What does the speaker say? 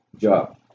job